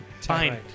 Fine